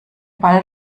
ball